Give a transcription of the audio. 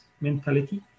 mentality